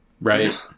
right